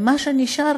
ובמה שנשאר,